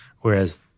Whereas